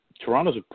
Toronto's